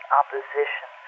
opposition